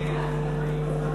ש"ס